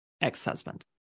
ex-husband